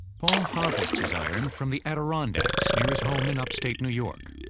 paul harvests his iron from the adirondacks near his home in upstate new york.